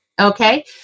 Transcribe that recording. Okay